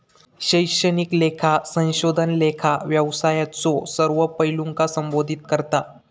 शैक्षणिक लेखा संशोधन लेखा व्यवसायाच्यो सर्व पैलूंका संबोधित करता